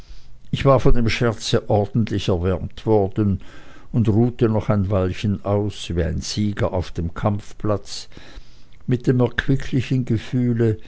ich war von dem scherze ordentlich erwärmt worden und ruhte noch ein weilchen aus wie ein sieger auf dem kampfplatz mit dem erquicklichen gefühle